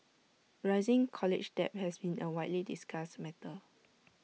rising college debt has been A widely discussed matter